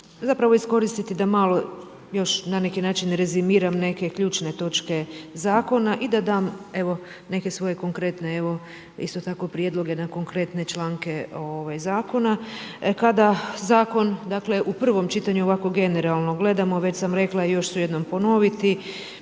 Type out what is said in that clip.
zapravo iskoristiti da malo još na neki način rezimiram neke ključne točke zakona i da dam evo neke svoje konkretne isto tako prijedloge na konkretne članke zakona. Kada zakon u prvom čitanju ovako generalno gledamo, već sam rekla i još ću jednom ponoviti,